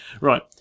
Right